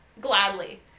Gladly